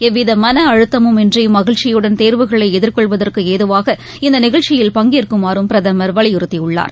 எவ்விதமனஅழுத்தமும் இன்றிமகிழ்ச்சியுடன் தேர்வுகளைஎதிர் கொள்வதற்குஏதுவாக இந்தநிகழ்ச்சியில் பங்கேற்குமாறும் பிரதமர் வலியுறுத்தியுள்ளார்